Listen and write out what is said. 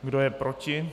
Kdo je proti?